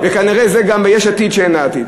כנראה שזה גם יש עתיד שאין לה עתיד.